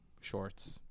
shorts